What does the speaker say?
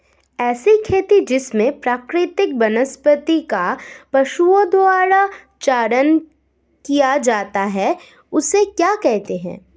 ऐसी खेती जिसमें प्राकृतिक वनस्पति का पशुओं द्वारा चारण किया जाता है उसे क्या कहते हैं?